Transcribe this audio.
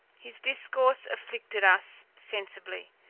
his discourse afflicted us sensibly,